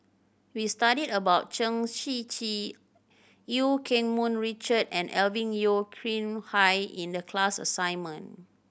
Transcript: we studied about Chen Shiji Eu Keng Mun Richard and Alvin Yeo Khirn Hai in the class assignment